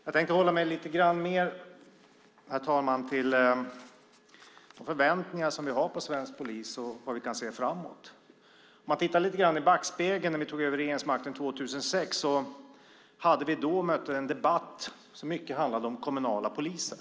Jag tänkte hålla mig till de förväntningar som vi har på svensk polis och vad vi kan se framåt i tiden. Om man tittar lite grann i backspegeln på när vi tog över regeringsmakten 2006 hade vi då mött en debatt som mycket handlade om kommunala poliser.